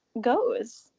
goes